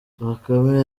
bakame